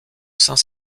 saint